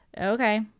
okay